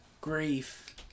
grief